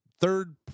Third